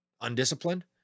undisciplined